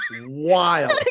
wild